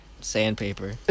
sandpaper